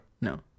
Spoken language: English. No